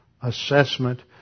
assessment